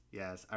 yes